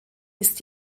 ist